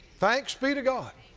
thanks be to god